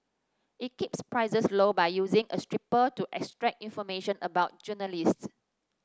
it keeps prices low by using a scraper to extract information about journalists